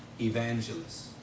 evangelists